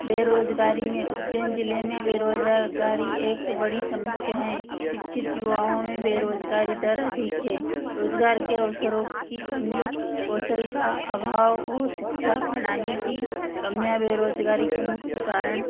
बेरोजगारी में उज्जैन जिले में बेरोजगारी एक बड़ी समस्या है शिक्षित युवाओं में बेरोजगारी दर अधिक है रोजगार के अवसरों की कमी कौशल का अभाव और शिक्षा प्रणाली की कमियाँ बेरोजगारी के मुख्य कारण